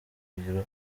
urugwiro